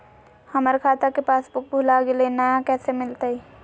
हमर खाता के पासबुक भुला गेलई, नया कैसे मिलतई?